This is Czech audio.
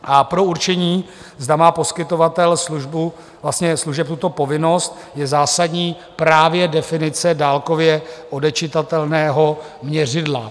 A pro určení, zda má poskytovatel služeb vlastně tuto povinnost, je zásadní právě definice dálkově odečitatelného měřidla.